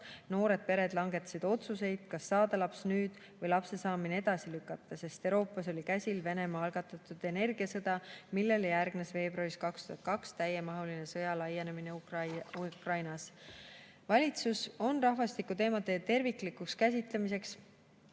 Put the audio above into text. noored pered langetasid otsuseid, kas saada laps, otsustati lapse saamine edasi lükata, sest Euroopas oli käimas Venemaa algatatud energiasõda, millele järgnes veebruaris 2022 täiemahulise sõja laienemine Ukrainas. Valitsuses on rahvastikuteemade terviklikuks käsitlemiseks